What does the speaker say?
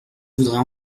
voudrais